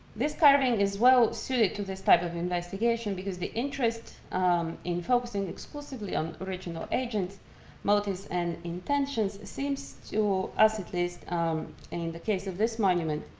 this carving is well suited to this type of investigation because the interest in focusing exclusively on original agents' motives and intentions seems, to us at least and in the case of this monument,